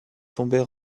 tomber